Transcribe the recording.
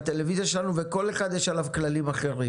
לטלוויזיה שלנו ועל כל אחד יש כללים אחרים.